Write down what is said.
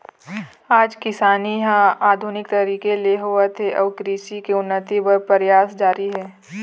आज किसानी ह आधुनिक तरीका ले होवत हे अउ कृषि के उन्नति बर परयास जारी हे